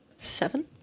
seven